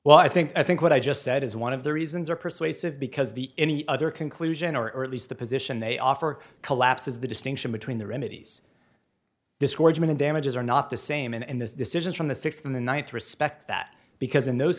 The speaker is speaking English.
well i think i think what i just said is one of the reasons are persuasive because the any other conclusion or at least the position they offer collapses the distinction between the remedies discouragement damages are not the same and this decision from the sixth and the ninth respect that because in those